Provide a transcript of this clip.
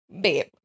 Babe